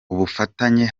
ubufatanye